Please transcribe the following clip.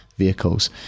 vehicles